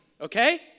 okay